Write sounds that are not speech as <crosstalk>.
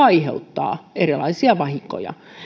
<unintelligible> aiheuttaa myös erilaisia vahinkoja